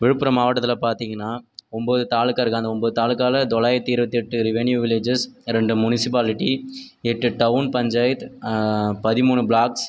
விழுப்புரம் மாவட்டத்தில் பார்த்தீங்கனா ஒம்பது தாலுக்கா இருக்குது அந்த ஒம்பது தாலுக்கால தொள்ளாயிரத்தி இருபத்தி எட்டு ரிவென்யூ வில்லேஜஸ் ரெண்டு முனிஸிபாலிட்டி எட்டு டவுன் பஞ்சாயத் பதிமூணு ப்ளாக்ஸ்